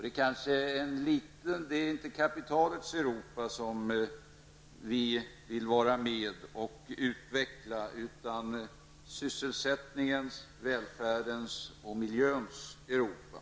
Det är kanske inte kapitalets Europa som vi vill vara med och utveckla, utan sysselsättningens, välfärdens och miljöns Europa.